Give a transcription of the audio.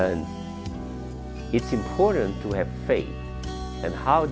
mean it's important to have faith and how